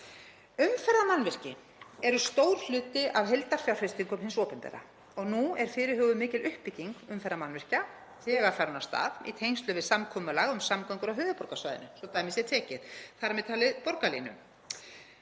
Umferðarmannvirki eru stór hluti af heildarfjárfestingum hins opinbera. Nú er fyrirhuguð mikil uppbygging umferðarmannvirkja þegar farin af stað í tengslum við samkomulag um samgöngur á höfuðborgarsvæðinu svo að dæmi sé tekið, þar með talið borgarlínu.